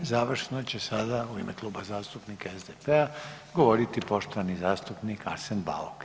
I završno će sada u ime Kluba zastupnika SDP-a govoriti poštovani zastupnik Arsen Bauk.